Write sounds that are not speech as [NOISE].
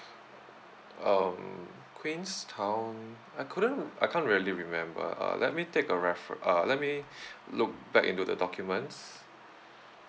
mm queenstown I couldn't I can't really remember uh let me take a refer~ ah let me [BREATH] look back into the documents